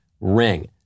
Ring